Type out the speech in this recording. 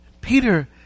Peter